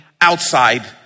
outside